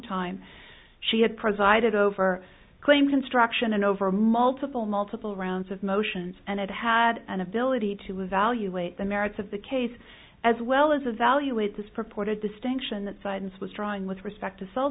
time she had presided over claims construction and over multiple multiple rounds of motions and it had an ability to evaluate the merits of the case as well as evaluate this purported distinction that science was drawing with respect to cell